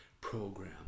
program